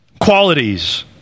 qualities